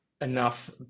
enough